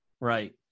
Right